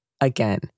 Again